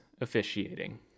officiating